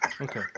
Okay